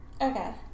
Okay